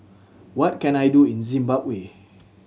what can I do in Zimbabwe